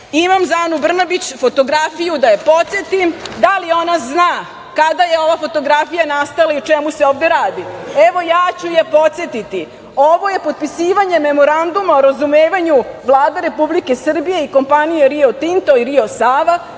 za Anu Brnabić fotografiju da je podsetim, da li ona zna kada je ova fotografija nastala i o čemu se ovde radi? Evo ja ću je podsetiti. Ovo je potpisivanje memoranduma o razumevanju Vlade Republike Srbije i kompanije Rio Tinto i Rio Sava.